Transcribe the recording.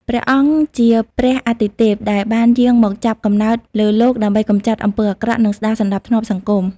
ព្រះអង្គជាព្រះអាទិទេព ដែលបានយាងមកចាប់កំណើតលើលោកដើម្បីកម្ចាត់អំពើអាក្រក់ និងស្ដារសណ្ដាប់ធ្នាប់សង្គម ។